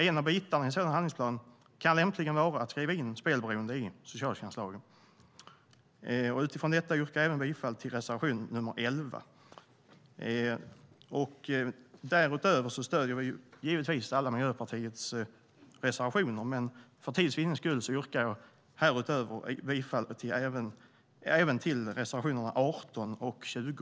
En av bitarna i en sådan handlingsplan kan lämpligen vara att skriva in spelberoende i socialtjänstlagen. Utifrån detta yrkar jag bifall även till reservation 11. Vi stöder givetvis Miljöpartiets alla reservationer, men för tids vinnande yrkar jag härutöver bifall bara till reservationerna 18 och 20.